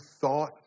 thought